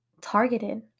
targeted